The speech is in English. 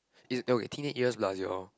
it's your teenage years plus your